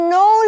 no